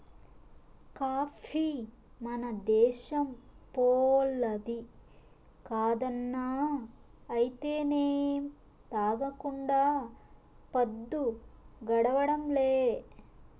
coffee మన దేశంపోల్లది కాదన్నా అయితేనేం తాగకుండా పద్దు గడవడంలే